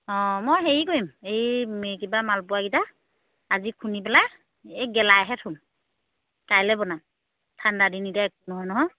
অঁ মই হেৰি কৰিম এই কিবা মালপোৱাকেইটা আজি খুনি পেলাই এই গেলাইহে থ'ম কাইলৈ বনাম ঠাণ্ডা দিন এতিয়া একো নহয় নহয়